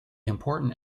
important